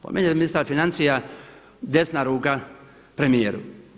Po meni je ministar financija desna ruka premijeru.